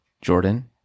jordan